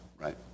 right